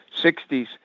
sixties